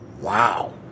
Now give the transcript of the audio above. wow